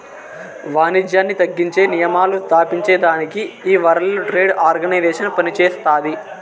వానిజ్యాన్ని తగ్గించే నియమాలు స్తాపించేదానికి ఈ వరల్డ్ ట్రేడ్ ఆర్గనైజేషన్ పనిచేస్తాది